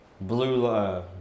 Blue